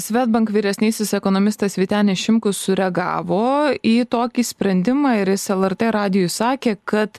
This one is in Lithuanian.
swedbank vyresnysis ekonomistas vytenis šimkus sureagavo į tokį sprendimą ir jis lrt radijui sakė kad